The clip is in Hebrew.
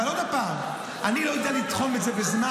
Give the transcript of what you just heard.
אבל עוד פעם, אני לא יודע לתחום את זה בזמן.